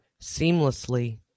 seamlessly